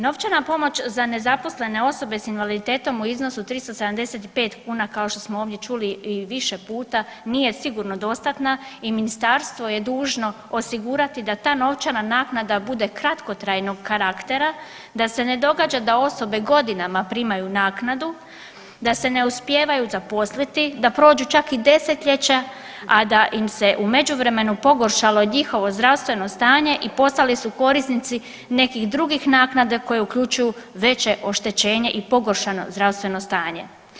Novčana pomoć za nezaposlene osobe sa invaliditetom u iznosu od 375 kuna kao što smo ovdje čuli i više puta nije sigurno dostatna i ministarstvo je dužno osigurati da ta novčana naknada bude kratkotrajnog karaktera, da se ne događa da osobe godinama primaju naknadu, da se ne uspijevaju zaposliti, da prođu čak i desetljeća a da im se u međuvremenu pogoršalo njihovo zdravstveno stanje i postali su korisnici nekih drugih naknada koje uključuju veće oštećenje i pogoršano zdravstveno stanje.